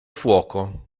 fuoco